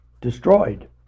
Destroyed